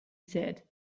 said